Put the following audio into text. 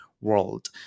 world